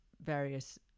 various